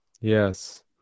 Yes